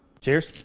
Cheers